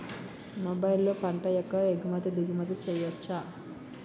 మొబైల్లో పంట యొక్క ఎగుమతి దిగుమతి చెయ్యచ్చా?